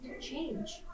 change